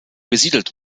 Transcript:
besiedelt